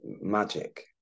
magic